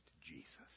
Jesus